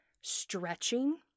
stretching